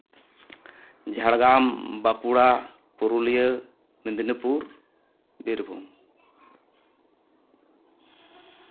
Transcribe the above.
Jhargram Bankura Purulia Medinipur Birbhum